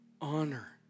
honor